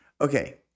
Okay